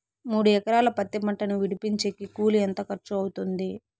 మూడు ఎకరాలు పత్తి పంటను విడిపించేకి కూలి ఎంత ఖర్చు అవుతుంది?